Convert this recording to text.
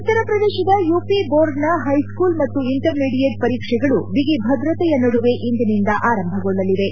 ಉತ್ತರ ಪ್ರದೇಶದ ಯುಪಿ ಬೋರ್ಡ್ನ ಹೈಸ್ಕೂಲ್ ಮತ್ತು ಇಂಟರ್ಮಿಡಿಯೇಟ್ ಪರೀಕ್ಷೆಗಳು ಬಿಗಿ ಭದ್ರತೆಯ ನಡುವೆ ಇಂದಿನಿಂದ ಆರಂಭಗೊಳ್ಳಲಿವೆ